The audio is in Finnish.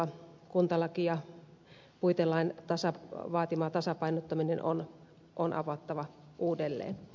kuntalaki ja puitelain vaatima tasapainottaminen on avattava uudelleen